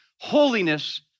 holiness